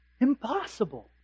impossible